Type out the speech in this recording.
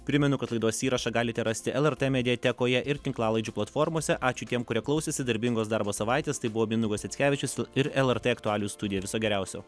primenu kad laidos įrašą galite rasti lrt mediatekoje ir tinklalaidžių platformose ačiū tiem kurie klausėsi darbingos darbo savaitės tai buvo mindaugas jackevičius ir lrt aktualijų studija viso geriausio